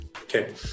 Okay